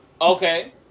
Okay